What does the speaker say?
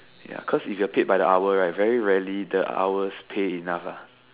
ya cause if you're paid by the hour right very rarely the hours pay enough lah